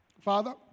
Father